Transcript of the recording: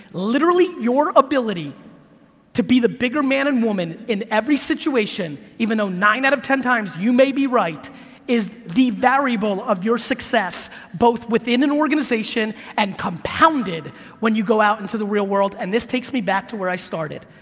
literally your ability to be the bigger man and woman in every situation, even though nine out of ten times, you may be right is the variable of your success both within your organization and compounded when you go out into the real world and this takes me back to where i started.